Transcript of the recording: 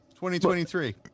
2023